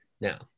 Now